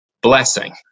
blessing